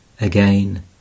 Again